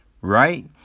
right